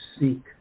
seek